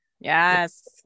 yes